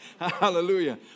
Hallelujah